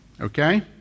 Okay